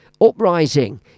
Uprising